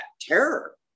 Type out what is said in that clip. terror